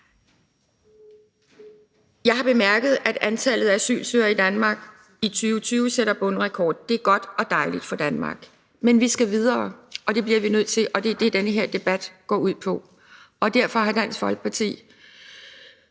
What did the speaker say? Jeg har bemærket, at antallet af asylansøgere i Danmark i 2020 sætter bundrekord, og det er godt og dejligt for Danmark. Men vi skal videre, og det bliver vi nødt til, og det er det, den her debat går ud på. Derfor har Dansk Folkeparti